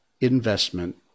Investment